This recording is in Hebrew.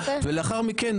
ולאחר מכן,